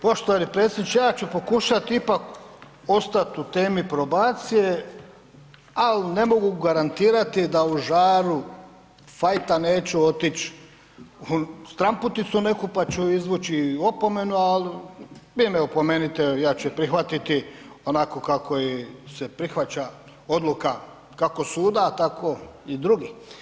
Poštovani predsjedniče, ja ću pokušat ipak ostat u temi probacije, al ne mogu garantirati da u žaru fajta neću otić u stranputicu neku, pa ću izvući opomenu, al vi me opomenite, ja ću je prihvatiti onako kako se i prihvaća odluka kako suda tako i drugi.